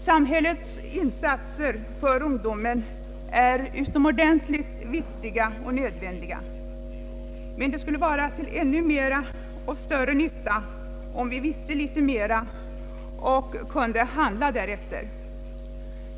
Samhällets insatser för ungdomen är utomordentligt viktiga och nödvändiga, men det skulle vara till ännu mera och större nytta om vi visste litet mera och kunde handla därefter.